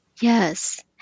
yes